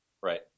Right